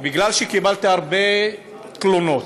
כי קיבלתי הרבה תלונות,